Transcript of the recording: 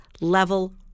level